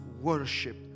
worship